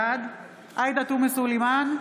בעד עאידה תומא סלימאן,